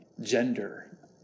gender